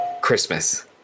christmas